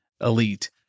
elite